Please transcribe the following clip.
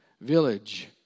village